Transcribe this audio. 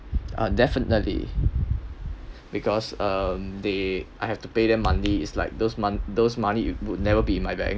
I'll definitely because um they I have to pay them monthly is like those month those money you would never be in my bank